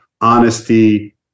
honesty